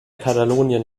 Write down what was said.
katalonien